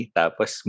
tapos